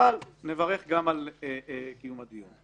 אבל נברך גם על קיום הדיון.